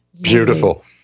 Beautiful